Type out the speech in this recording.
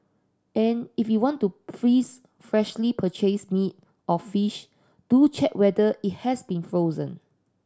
and if you want to freeze freshly purchased meat or fish do check whether it has been frozen